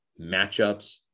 matchups